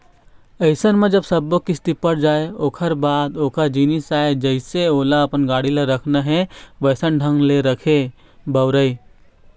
अइसन म जब सब्बो किस्ती पट जाय ओखर बाद ओखर जिनिस आय जइसे ओला अपन गाड़ी ल रखना हे वइसन ढंग ले रखय, बउरय